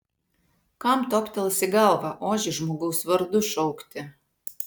kam toptels į galvą ožį žmogaus vardu šaukti